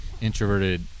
introverted